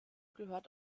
gehört